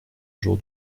jour